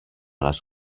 les